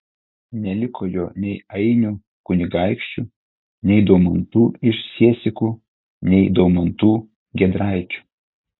neliko jo nei ainių kunigaikščių nei daumantų iš siesikų nei daumantų giedraičių